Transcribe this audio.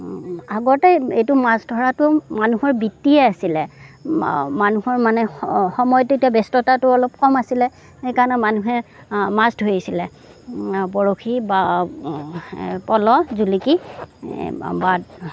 আগতে এইটো মাছ ধৰাটো মানুহৰ বৃত্তিয়েই আছিলে মানুহৰ মানে সময় তেতিয়া ব্য়স্ততাটো অলপ কম আছিলে সেইকাৰণে মানুহে মাছ ধৰিছিলে বৰশী বা পলহ জুলুকী বা